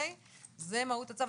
זה מהות הצו.